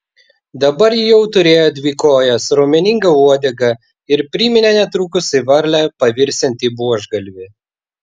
dabar ji jau turėjo dvi kojas raumeningą uodegą ir priminė netrukus į varlę pavirsiantį buožgalvį